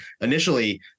initially